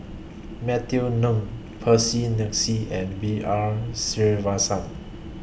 Matthew Ngui Percy Mcneice and B R Sreenivasan